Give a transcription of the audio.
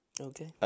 Okay